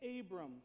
Abram